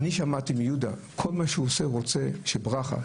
אני שמעתי מיהודה כל מה שהוא עושה, רוצה שברכה.